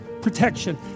protection